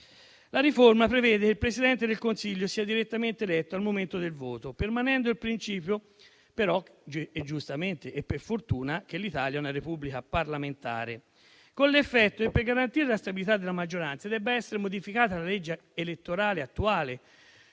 La riforma prevede infatti che il Presidente del Consiglio sia direttamente eletto al momento del voto, permanendo però il principio - giustamente e per fortuna - che l'Italia è una Repubblica parlamentare. Ciò con l'effetto che, per garantire la stabilità della maggioranza, debba essere modificata la legge elettorale attuale